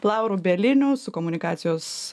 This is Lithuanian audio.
lauru bieliniu su komunikacijos